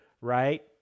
right